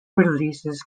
releases